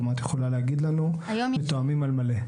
כלומר את יכולה להגיד לנו מתואמים על מלא.